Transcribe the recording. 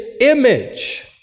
image